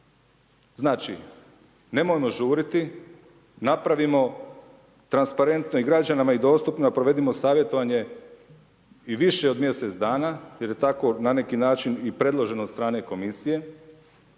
Znači nemojmo žurit, napravimo transparentno i građanima i dostupno provedimo savjetovanje i više od mjesec dana jer je tako na neki način i predloženo od strane komisije,